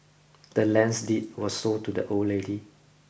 the land's deed was sold to the old lady